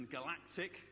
Galactic